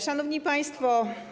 Szanowni Państwo!